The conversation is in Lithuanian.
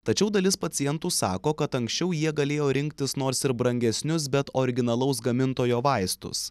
tačiau dalis pacientų sako kad anksčiau jie galėjo rinktis nors ir brangesnius bet originalaus gamintojo vaistus